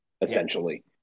essentially